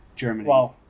Germany